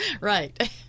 Right